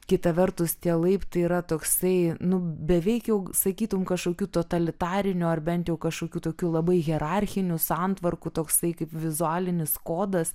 kita vertus tie laiptai yra toksai nu beveik jau sakytum kažkokių totalitarinių ar bent jau kažkokių tokių labai hierarchinių santvarkų toksai kaip vizualinis kodas